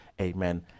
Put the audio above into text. Amen